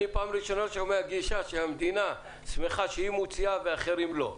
אני פעם ראשונה שומע גישה שהמדינה שמחה שהיא מוציאה ואחרים לא.